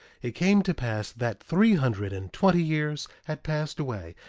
it came to pass that three hundred and twenty years had passed away,